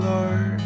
Lord